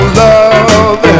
love